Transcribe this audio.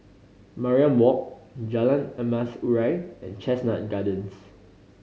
Mariam Walk Jalan Emas Urai and Chestnut Gardens